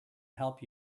help